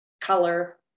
color